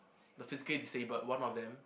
the physically disabled one of them